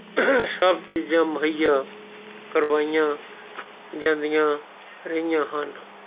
ਸਭ ਚੀਜ਼ਾਂ ਮੁਹੱਈਆ ਕਰਵਾਈਆਂ ਜਾਂਦੀਆਂ ਰਹੀਆਂ ਹਨ